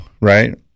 right